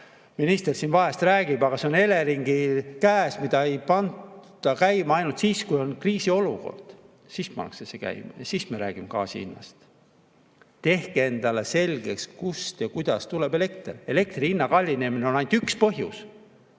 peaminister siin vahel räägib, aga see on Eleringi käes, mida ei panda käima. Ainult siis, kui on kriisiolukord, pannakse see käima ja siis me räägime gaasi hinnast. Tehke endale selgeks, kust ja kuidas tuleb elekter! Elektri hinna kallinemisel on ainult üks põhjus: